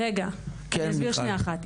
רגע, אני אסביר שניה אחת.